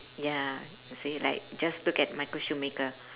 ya say like just look at michael schumacher